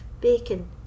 bacon